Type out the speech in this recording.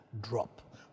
drop